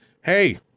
Hey